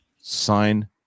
sign